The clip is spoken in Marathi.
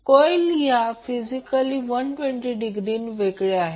कॉइल या फिजिकली 120 डिग्रीने वेगवेगळ्या आहेत